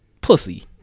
pussy